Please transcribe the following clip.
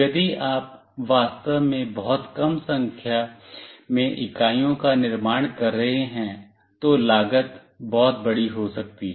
यदि आप वास्तव में बहुत कम संख्या में इकाइयों का निर्माण कर रहे हैं तो लागत बहुत बड़ी हो सकती है